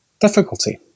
difficulty